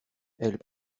elle